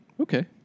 Okay